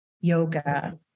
yoga